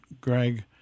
Greg